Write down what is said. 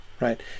right